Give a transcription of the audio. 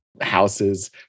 houses